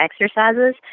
exercises